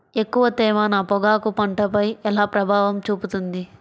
ఎక్కువ తేమ నా పొగాకు పంటపై ఎలా ప్రభావం చూపుతుంది?